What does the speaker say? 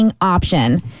option